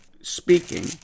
speaking